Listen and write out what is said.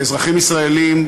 כאזרחים ישראלים,